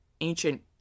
ancient